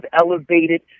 elevated